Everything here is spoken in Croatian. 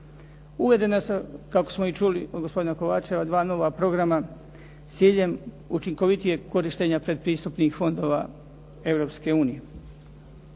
Uvedena, kako smo i čuli od gospodina …/Govornik se ne razumije./… dva nova programa sa ciljem učinkovitijeg korištenja predpristupnih fondova